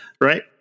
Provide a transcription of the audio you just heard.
Right